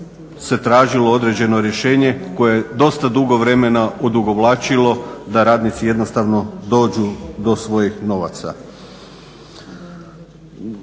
tražilo određeno rješenje koje dosta dugo vremena odugovlačilo da radnici jednostavno dođu do svojih novaca.